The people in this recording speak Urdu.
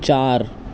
چار